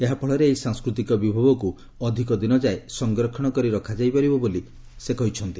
ଏହାଫଳରେ ଏହି ସାଂସ୍କୃତିକ ବିଭବକୁ ଅଧିକ ଦିନଯାଏଁ ସଂରକ୍ଷଣ କରି ରଖାଯାଇପାରିବ ବୋଲି ସେ କହିଛନ୍ତି